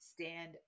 stand